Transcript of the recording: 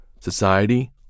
society